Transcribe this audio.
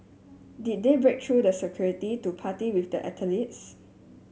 did they break through the security to party with the athletes